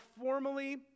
formally